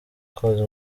koza